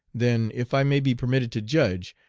then, if i may be permitted to judge,